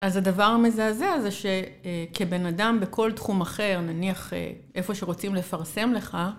אז הדבר המזעזע זה שכבן אדם בכל תחום אחר, נניח איפה שרוצים לפרסם לך.